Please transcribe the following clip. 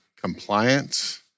compliance